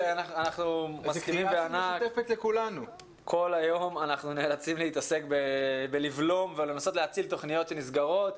כל היום אנחנו נאלצים להתעסק בלבלום ולנסות להציל תכניות שנסגרות,